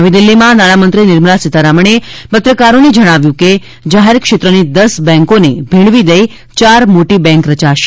નવી દિલ્હીમાં નાણામંત્રી નિર્મલા સીતારમણે પત્રકારોને જણાવ્યું કે જાહેરક્ષેત્રની દસ બેન્કોને ભેળવી દઇ ચાર મોટી બેન્ક રચાશે